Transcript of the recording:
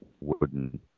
wooden